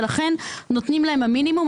לכן נותנים להם את המינימום.